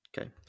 Okay